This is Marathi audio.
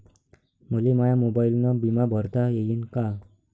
मले माया मोबाईलनं बिमा भरता येईन का?